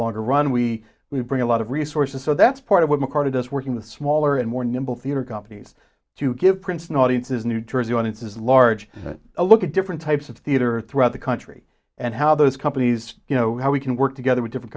longer run we we bring a lot of resources so that's part of what mccarty this working the smaller and more nimble theater companies to give princeton audiences new jersey and it's as large a look at different types of theater throughout the country and how those companies you know how we can work together with different